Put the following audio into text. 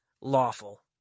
lawful